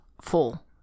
full